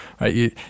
right